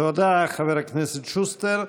תודה, חבר הכנסת שוסטר.